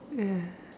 ya